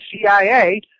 CIA